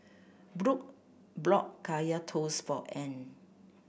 Brook Kaya Toast for Ean